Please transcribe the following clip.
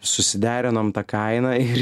susiderinom tą kainą ir